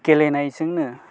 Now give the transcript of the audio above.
गेलेनायजोंनो